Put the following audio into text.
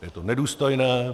Je to nedůstojné.